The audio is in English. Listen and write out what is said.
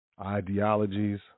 ideologies